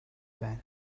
байна